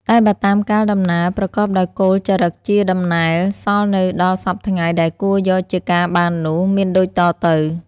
តែបើតាមការដំណាល ប្រកបដោយគោលចារឹកជាដំណែល សល់នៅដល់សព្វថ្ងៃដែលគួរយកជាការបាននោះ មានដូចតទៅ។